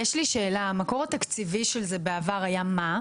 המקור התקציבי של זה בעבר היה מה,